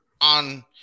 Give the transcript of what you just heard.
on